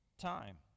time